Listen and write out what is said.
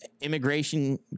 immigration